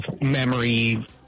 memory